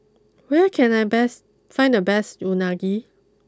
where can I best find the best Unagi